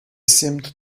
seemed